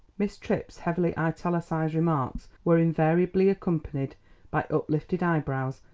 miss tripp's heavily italicised remarks were invariably accompanied by uplifted eyebrows,